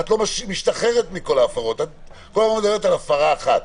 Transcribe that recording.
את מדברת כל הזמן על הפרה אחת.